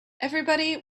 everybody